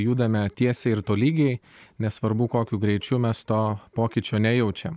judame tiesiai ir tolygiai nesvarbu kokiu greičiu mes to pokyčio nejaučiam